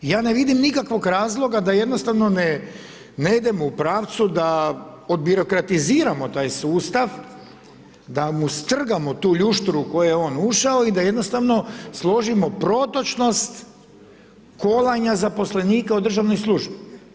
Ja ne vidim nikakvog razloga, da jednostavno, ne ne idemo u pravcu da od birokratiziramo taj sustav, da mu strgamo tu ljušturu u koju je on ušao i da jednostavno složimo protočnost kolanja zaposlenika u državnoj službi.